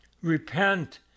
Repent